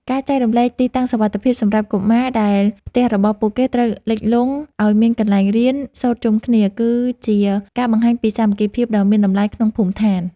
ការចែករំលែកទីតាំងសុវត្ថិភាពសម្រាប់កុមារដែលផ្ទះរបស់ពួកគេត្រូវលិចលង់ឱ្យមានកន្លែងរៀនសូត្រជុំគ្នា គឺជាការបង្ហាញពីសាមគ្គីភាពដ៏មានតម្លៃក្នុងភូមិឋាន។